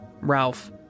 Ralph